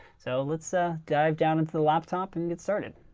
so let's ah dive down into the laptop and get started.